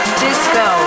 disco